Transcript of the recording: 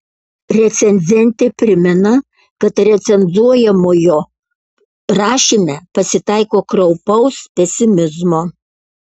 recenzentė primena kad recenzuojamojo rašyme pasitaiko kraupaus pesimizmo